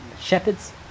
shepherds